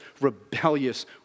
rebellious